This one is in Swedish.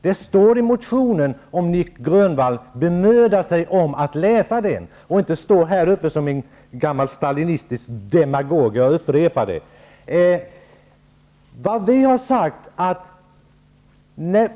Det står att läsa i motionen, om Nic Grönvall hade bemödat sig om att läsa den, och inte stå här som en gammal stalinistisk demagog!